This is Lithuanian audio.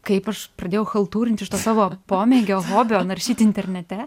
kaip aš pradėjau chaltūrint iš to savo pomėgio hobio naršyt internete